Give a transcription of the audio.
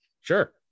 sure